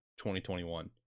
2021